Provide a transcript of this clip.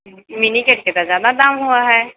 मिनीके तऽ जादा दाम हुए है